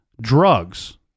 drugs